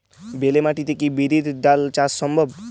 বেলে মাটিতে কি বিরির ডাল চাষ সম্ভব?